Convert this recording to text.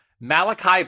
Malachi